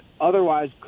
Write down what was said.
otherwise